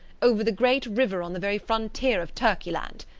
over the great river on the very frontier of turkey-land.